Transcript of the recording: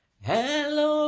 hello